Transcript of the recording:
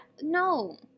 No